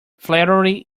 flattery